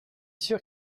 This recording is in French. sûr